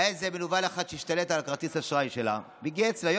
איזה מנוול אחד השתלט על כרטיס האשראי שלה וגיהץ לה.